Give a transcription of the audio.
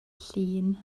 llun